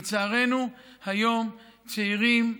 לצערנו, היום צעירים,